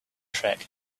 track